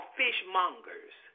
fishmongers